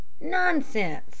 Nonsense